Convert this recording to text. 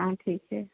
हाँ ठीक है